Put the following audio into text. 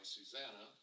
Susanna